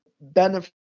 benefits